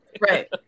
right